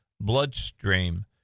bloodstream